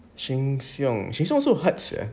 sheng siong sheng siong also hard sia